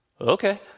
okay